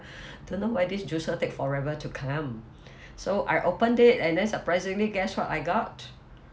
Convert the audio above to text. don't know why this juicer take forever to come so I opened it and then surprisingly guess what I got